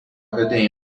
peteĩ